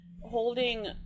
holding